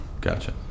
Gotcha